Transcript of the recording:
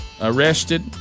arrested